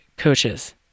coaches